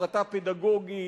הפרטה פדגוגית,